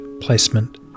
placement